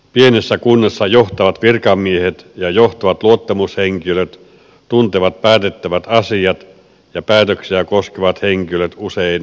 pienessä kunnassa johtavat virkamiehet ja johtavat luottamushenkilöt tuntevat päätettävät asiat ja päätöksiä koskevat henkilöt usein henkilökohtaisesti